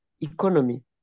economy